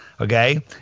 Okay